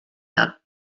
not